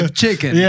chicken